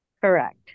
correct